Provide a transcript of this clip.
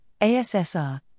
ASSR